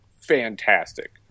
fantastic